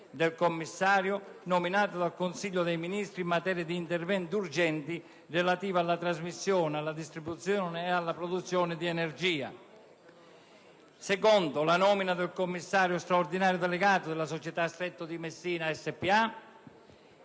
del Commissario nominato dal Consiglio dei ministri in materia di interventi urgenti relativi alla trasmissione, alla distribuzione e alla produzione di energia; in secondo luogo, la nomina del Commissario straordinario delegato della società Stretto di Messina spa;